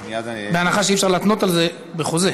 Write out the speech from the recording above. בהנחה שאי-אפשר להתנות על זה בחוזה